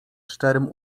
szczerym